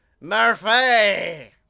Murphy